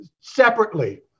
separately